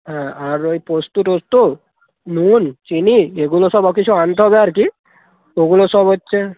হ্যাঁ আর ওই পোস্ত টোস্ত নুন চিনি এগুলো সব ও কিছু অনতে হবে আর কি ওগুলো সব হচ্ছে